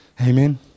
Amen